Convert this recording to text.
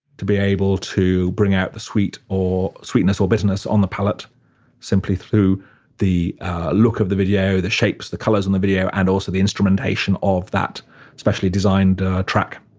to be able to bring out the sweet or sweetness or bitterness on the palette simply through the look of the video the shapes the colors on the video and also the instrumentation of that specially designed track